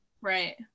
Right